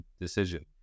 decision